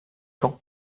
camp